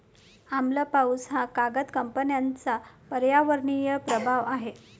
आम्ल पाऊस हा कागद कंपन्यांचा पर्यावरणीय प्रभाव आहे